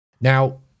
Now